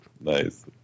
nice